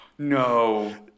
No